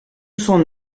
son